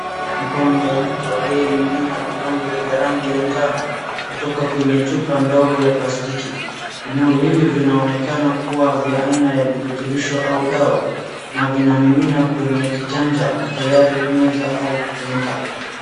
Mkono ya mtu aliyemimina vidonge vya rangi ya njano kutoka kwenye chupa ndogo ya plastiki. Vidonge hivyo vinaonekana kuwa vya aina ya virutubisho au dawa na vinamimina kwenye kijanja tayari kumeza au kutumika.